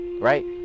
Right